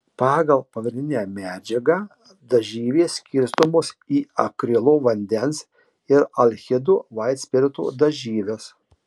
pagal pagrindinę medžiagą dažyvės skirstomos į akrilo vandens ir alkido vaitspirito dažyves